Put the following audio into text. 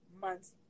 months